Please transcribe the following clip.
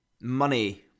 Money